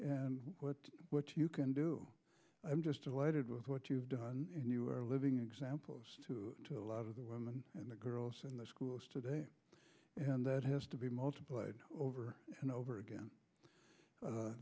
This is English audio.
and what what you can do i'm just delighted with what you've done and you are a living example to a lot of the women and the girls in the schools today and that has to be multiplied over and over again